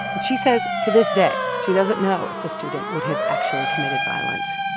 she says to this day she doesn't know if the student would have actually committed violence,